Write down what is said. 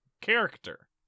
character